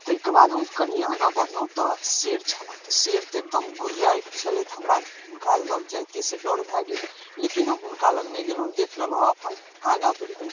तै के बाद हम कनी आगाँ बढ़लहुँ तऽ शेर छलऽ तऽ शेर तऽ एकदम गुर्राइत छलथि हमरा हुनका लग जाइतेसँ डर भए गेल लेकिन हम हुनका लग नहि गेलहुँ देख लेलहुँ अपन आगाँ बढ़ि गेलहुँ